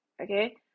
Okay